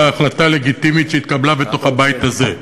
החלטה לגיטימית שהתקבלה בתוך הבית הזה.